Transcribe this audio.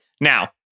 Now